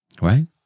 Right